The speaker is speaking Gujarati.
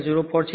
04 છે